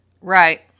Right